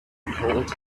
called